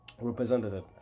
representative